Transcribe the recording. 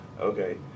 Okay